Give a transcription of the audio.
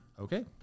Okay